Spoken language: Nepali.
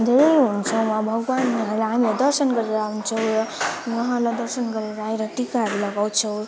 धेरै हुनुहुन्छ र भगवानहरू हामीहरू दर्शन गरेर आउँछौँ र उहाँलाई दर्शन गरेर आएर टिकाहरू लगाउँछौँ